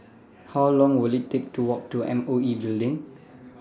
How Long Will IT Take to Walk to M O E Building